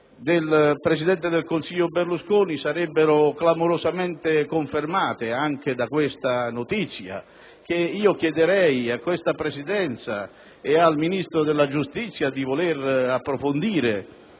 del presidente del Consiglio Berlusconi, dunque, sarebbero clamorosamente confermate anche da questa notizia, che io chiederei alla Presidenza ed al Ministro della giustizia di voler approfondire,